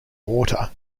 water